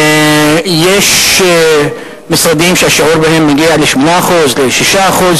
יש משרדים שהשיעור בהם מגיע ל-8% או 6%,